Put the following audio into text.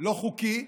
לא חוקי,